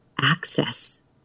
access